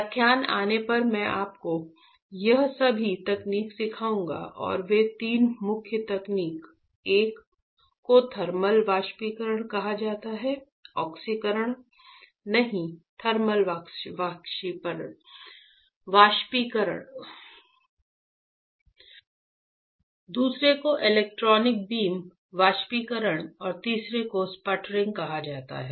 व्याख्यान आने पर मैं आपको ये सभी तकनीक सिखाऊंगा और वे तीन मुख्य तकनीक एक को थर्मल वाष्पीकरण कहा जाता है ऑक्सीकरण नहीं थर्मल वाष्पीकरण दूसरे को इलेक्ट्रॉन बीम वाष्पीकरण और तीसरे को स्पटरिंग कहा जाता है